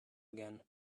again